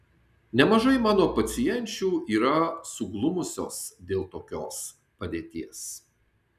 nemažai mano pacienčių yra suglumusios dėl tokios padėties